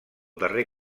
darrer